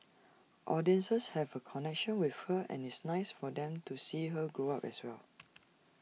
audiences have A connection with her and it's nice for them to see her grow up as well